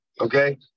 Okay